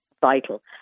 vital